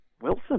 Wilson